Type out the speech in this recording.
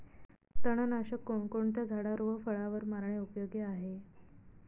तणनाशक कोणकोणत्या झाडावर व फळावर मारणे उपयोगी आहे?